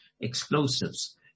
explosives